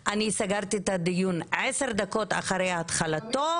אז אני מציע לך בחברות להתייחס עכשיו